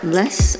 less